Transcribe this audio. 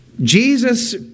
Jesus